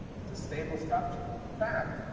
it's a stable structure. in fact,